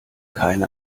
keine